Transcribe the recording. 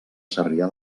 sarrià